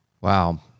Wow